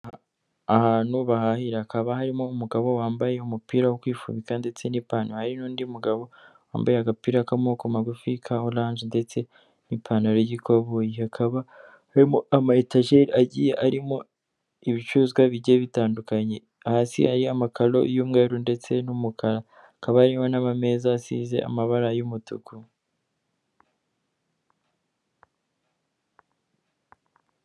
ahantu bahahira hakaba harimo umugabo wambaye umupira wo kwifubika ndetse n'ipantaro n'undi mugabo wambaye agapira k'amaboko magufi ka oranje ndetse n'ipantaro y'igikoboyi hakaba amaetajeli agiye arimo ibicuruzwa bigiye bitandukanye hasi hari amakaro y'umweru ndetse n'umukara akaba ariho n'amameza asize amabara y'umutuku